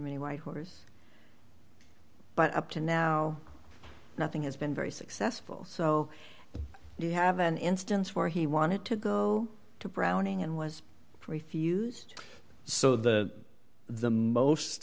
mean why hoarders but up to now nothing has been very successful so you have an instance where he wanted to go to browning and was refused so the the most